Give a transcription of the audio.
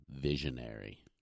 Visionary